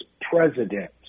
president